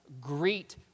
Greet